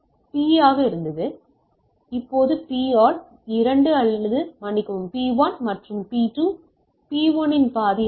இது P ஆக இருந்தது இப்போது அது P ஆல் 2 அல்லது மன்னிக்கவும் P1 மற்றும் இப்போது P2 P1 இன் பாதி ஆகும்